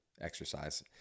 exercise